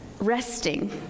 Resting